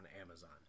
Amazon